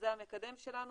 זה המקדם שלנו,